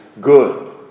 good